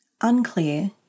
unclear